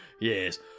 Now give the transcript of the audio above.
Yes